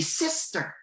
sister